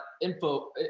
info